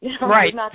Right